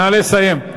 נא לסיים.